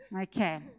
okay